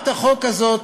הצעת החוק הזאת,